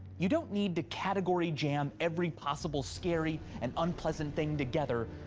you don't need to category jam every possible scary and unpleasant thing together,